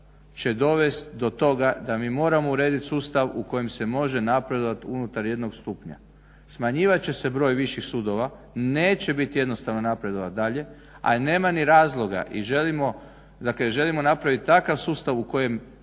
će dovest do toga da mi moramo uredit sustav u kojem se može napredovat unutar jednog stupnja. Smanjivat će se broj viših sudova. Neće bit jednostavno napredovat dalje, ali nema ni razloga i želimo, dakle želimo napravit takav sustav u kojem